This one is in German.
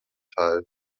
teil